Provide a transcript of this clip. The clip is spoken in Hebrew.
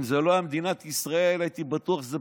אם זו לא הייתה מדינת ישראל, הייתי בטוח שזו